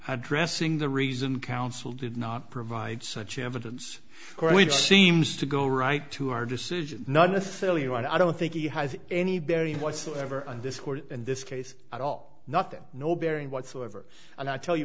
addressing the reason counsel did not provide such evidence seems to go right to our decision not necessarily what i don't think he has any bearing whatsoever on this court and this case at all nothing no bearing whatsoever and i tell you